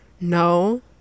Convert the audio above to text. no